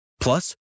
Plus